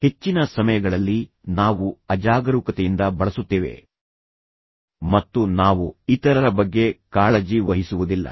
ಹೆಚ್ಚಿನ ಸಮಯಗಳಲ್ಲಿ ನಾವು ಅಜಾಗರೂಕತೆಯಿಂದ ಬಳಸುತ್ತೇವೆ ಮತ್ತು ನಾವು ಇತರರ ಬಗ್ಗೆ ಕಾಳಜಿ ವಹಿಸುವುದಿಲ್ಲ